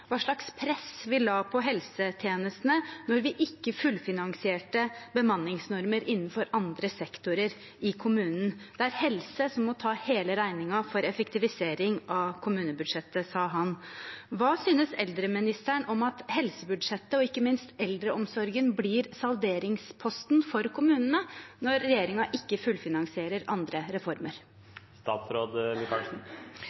hva slags press vi la på helsetjenestene når vi ikke fullfinansierte bemanningsnormer innenfor andre sektorer i kommunen. Det er helse som må ta hele regningen for effektiviseringen av kommunebudsjettet, sa han. Hva synes eldreministeren om at helsebudsjettet – og ikke minst eldreomsorgen – blir salderingsposten for kommunene når regjeringen ikke fullfinansierer andre